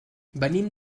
venim